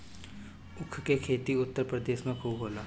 ऊख के खेती उत्तर प्रदेश में खूब होला